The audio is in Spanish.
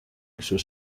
sus